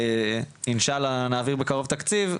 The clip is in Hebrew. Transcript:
אינשאללה נעביר בקרוב תקציב,